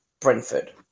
Brentford